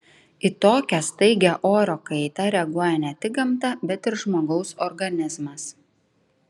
į tokią staigią oro kaitą reaguoja ne tik gamta bet ir žmogaus organizmas